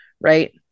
right